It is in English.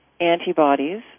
antibodies